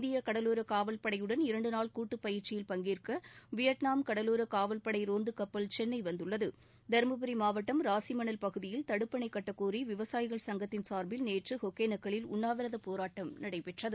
இந்திய கடலோர காவல் படையுடன் இரண்டு நாள் கூட்டுப் பயிற்சியில் பங்கேற்க வியட்நாம் கடலோர காவல்படை ரோந்து கப்பல் சென்னை வந்துள்ளது தருமபுரி மாவட்டம் ராசிமணல் பகுதியில் தடுப்பணை கட்டக்கோரி விவசாயிகள் சங்கத்தின் சார்பில் நேற்று ஒகனேக்கல்லில் உண்ணாவிரதப்போராட்டம் நடைபெற்றது